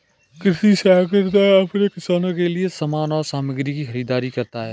कृषि सहकारिता अपने किसानों के लिए समान और सामग्री की खरीदारी करता है